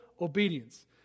obedience